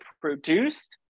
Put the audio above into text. produced